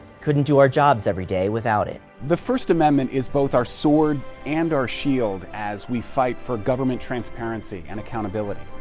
couldn't do our jobs every day without it. the first amendment is both our sword and our shield as we fight for government transparency and accountability.